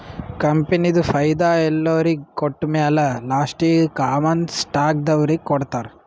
ಕಂಪನಿದು ಫೈದಾ ಎಲ್ಲೊರಿಗ್ ಕೊಟ್ಟಮ್ಯಾಲ ಲಾಸ್ಟೀಗಿ ಕಾಮನ್ ಸ್ಟಾಕ್ದವ್ರಿಗ್ ಕೊಡ್ತಾರ್